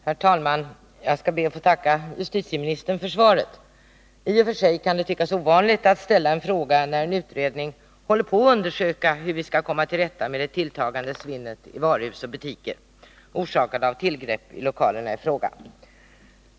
Herr talman! Jag skall be att få tacka statsrådet för svaret. I och för sig kan det tyckas ovanligt att ställa en fråga när en utredning håller på att undersöka hur vi skall komma till rätta med det tilltagande svinnet i varuhus och butiker, orsakat av tillgrepp i lokalerna i fråga.